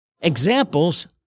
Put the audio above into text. examples